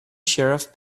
sheriff